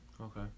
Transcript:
okay